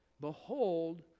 Behold